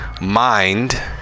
mind